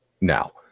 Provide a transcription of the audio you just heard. now